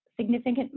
significant